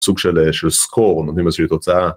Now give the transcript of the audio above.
סוג של סקור איזו שהיא תוצאה.